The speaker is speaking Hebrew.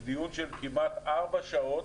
בדיון של כמעט ארבע שעות,